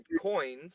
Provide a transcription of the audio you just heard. coins